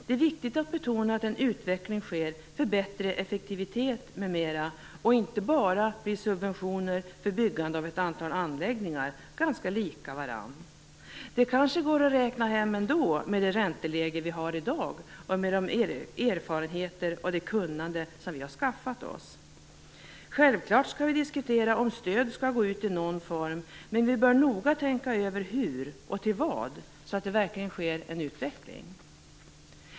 Det är viktigt att betona att en utveckling sker för bättre effektivitet m.m. och att det inte bara blir subventioner för byggande av ett antal anläggningar, ganska lika varandra. Det kanske går att räkna hem ändå, med det ränteläge vi har i dag och med de erfarenheter och det kunnande som vi har skaffat oss. Självklart skall vi diskutera om stöd skall gå ut i någon form, men vi bör noga tänka över hur och till vad, så att det verkligen sker en utveckling.